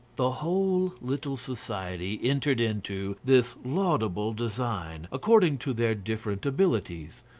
the whole little society entered into this laudable design, according to their different abilities.